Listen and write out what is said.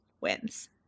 wins